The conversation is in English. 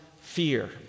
fear